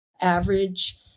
average